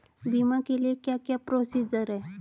बीमा के लिए क्या क्या प्रोसीजर है?